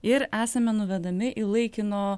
ir esame nuvedami į laikino